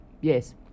Yes